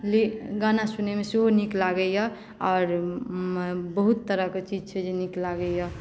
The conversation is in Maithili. गाना सुनयमे सेहो नीक लागैए आओर बहुत तरहके चीज छै जे नीक लागैए